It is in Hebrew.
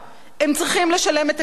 הם צריכים לשלם את הכסף.